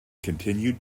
continued